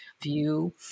view